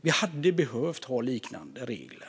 Vi hade behövt ha likartade regler.